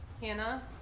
Hannah